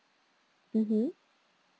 mmhmm